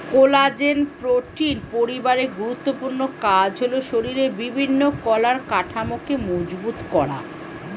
collagen protein পরিবারের গুরুত্বপূর্ণ কাজ হলো শরীরের বিভিন্ন কলার কাঠামোকে মজবুত করা